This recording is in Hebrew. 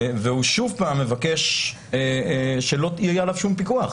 הוא שוב מבקש שלא יהיה עליו שום פיקוח.